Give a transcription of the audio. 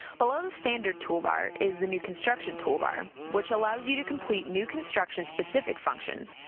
below the standard toolbar is the new construction toolbar, which allows you to complete new construction specific functions,